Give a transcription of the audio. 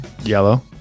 Yellow